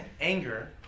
anger